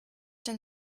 den